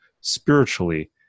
spiritually